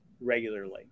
regularly